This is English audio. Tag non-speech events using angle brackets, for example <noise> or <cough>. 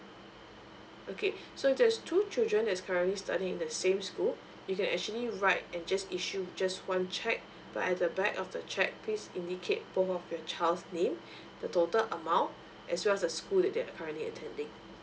okay <breath> so if there is two children that's currently studying in the same school <breath> you can actually write and just issue just one check <breath> but at the back of the check please indicate both of your child's name <breath> the total amount as well as the school that they are currently attending